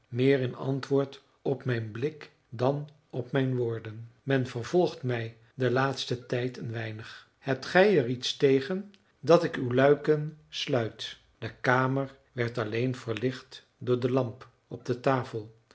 meer in antwoord op mijn blik dan op mijn woorden men vervolgt mij den laatsten tijd een weinig hebt gij er iets tegen dat ik uw luiken sluit de kamer werd alleen verlicht door de lamp op de tafel